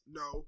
no